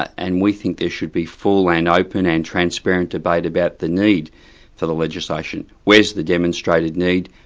and we think there should be full and open and transparent debate about the need for the legislation. where's the demonstrated need,